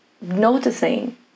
noticing